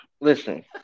listen